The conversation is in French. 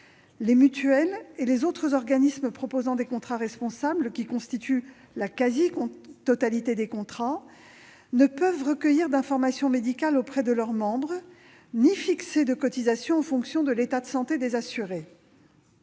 les mutuelles et les autres organismes proposant des contrats responsables, qui constituent la quasi-totalité des contrats, ne peuvent recueillir d'informations médicales auprès de leurs membres, ni fixer de cotisations en fonction de l'état de santé des assurés.